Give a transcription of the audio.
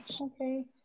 okay